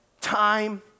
time